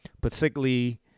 particularly